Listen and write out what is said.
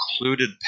included